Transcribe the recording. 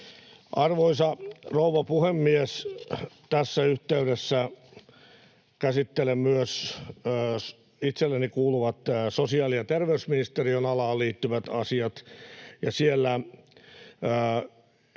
Arvoisa rouva puhemies! Tässä yhteydessä käsittelen myös itselleni kuuluvat sosiaali- ja terveysministeriön alaan liittyvät asiat. Siellä STM:n